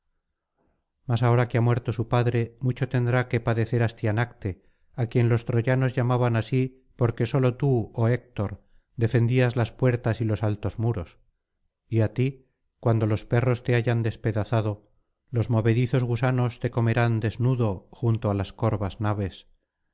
mas ahora que ha muerto su padre mucho tendrá que padecer astianacte á quien los troyanos llamaban así porque sólo tú oh héctor defendías las puertas y los altos muros y á ti cuando los perros te hayan despedazado los movedizos gusanos te comerán desnudo junto á las corvas naves